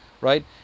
right